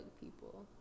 people